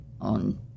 on